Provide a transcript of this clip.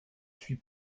suis